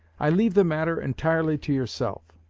i leave the matter entirely to yourself.